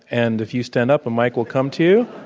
and if you stand up, a mic will come to